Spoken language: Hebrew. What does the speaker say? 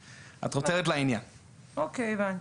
אוקיי, הבנתי.